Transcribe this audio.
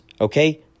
Okay